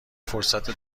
فرصت